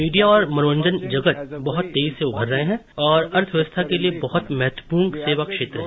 media और मनोरंजन जगत बहुत तेजी से उभर रहे हैं और अर्थव्यवस्था के लिए बहुत महत्वपूर्ण सेवा क्षेत्र है